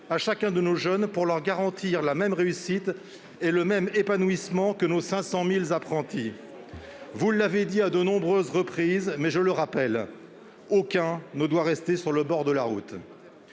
à chacun de nos jeunes pour leur garantir la même réussite et le même épanouissement que nos 500 000 apprentis. Vous l'avez dit à de nombreuses reprises, mais je le rappelle : aucun ne doit rester sur le bord de la route.